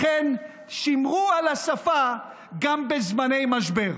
לכן, שמרו על השפה גם בזמני משבר.